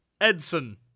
Edson